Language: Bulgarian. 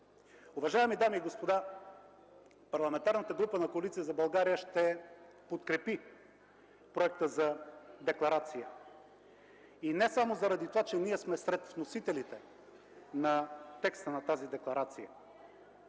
Уважаеми дами и господа, Парламентарната група на Коалиция за България ще подкрепи проекта за декларация не само заради това, че ние сме сред вносителите на текста на тази декларация.